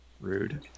rude